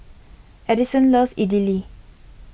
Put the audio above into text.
Edison loves Idili